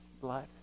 blood